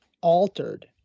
altered